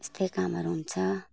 यस्तो कामहरू हुन्छ